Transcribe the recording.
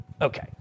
Okay